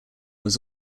was